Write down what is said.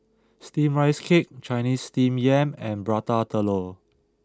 Steamed Rice Cake Chinese Steamed Yam and Prata Telur